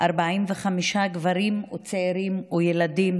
45 גברים, צעירים וילדים,